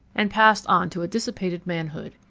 and passed on to a dissipated manhood.